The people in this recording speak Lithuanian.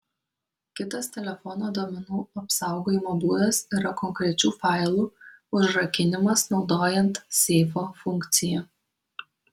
kitas telefono duomenų apsaugojimo būdas yra konkrečių failų užrakinimas naudojant seifo funkciją